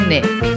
Nick